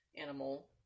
animal